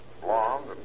blonde